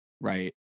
right